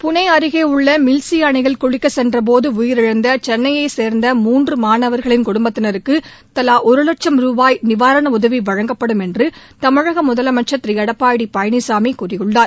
புனே அருகே உள்ள மில்லி அணையில் குளிக்கச் சென்றபோது உயிரிழந்த சென்னையைச் சேர்ந்த மூன்று மாணவர்களின் குடும்பத்தினருக்கு தலா ஒரு வட்சம் ரூபாய் நிவாரண உதவி வழங்கப்படும் என்று தமிழக முதலமைச்சள் திரு எடப்பாடி பழனிசாமி கூறியுள்ளார்